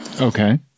Okay